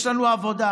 יש לנו עבודה.